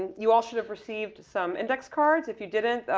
and you all should have received some index cards. if you didn't,